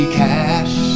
cash